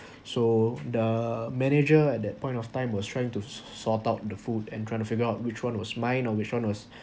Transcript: so the manager at that point of time was trying to sor~ sort out the food and trying to figure out which one was mine or which one was